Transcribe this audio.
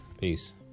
peace